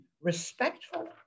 respectful